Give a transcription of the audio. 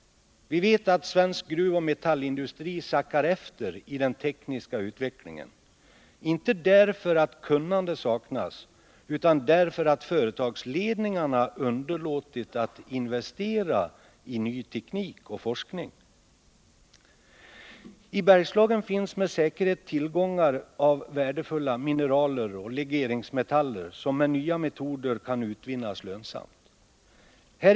Vi vet att svensk gruvoch metallindustri sackar efter i den tekniska utvecklingen — inte därför att kunnande saknas utan därför att företagsledningarna har underlåtit att investera i forskning och ny teknik. I Bergslagen finns med säkerhet tillgångar av värdefulla mineraler och legeringsmetaller, som med nya metoder kan utvinnas lönsamt.